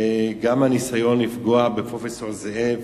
וגם הניסיון לפגוע בפרופסור זאב